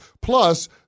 Plus